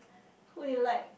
who do you like